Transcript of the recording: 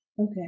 Okay